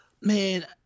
Man